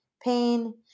pain